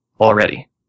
already